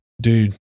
dude